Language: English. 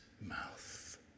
mouth